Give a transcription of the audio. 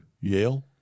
Yale